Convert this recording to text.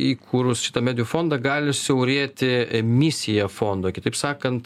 įkūrus šitą medijų fondą gali siaurėti misija fondo kitaip sakant